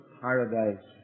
paradise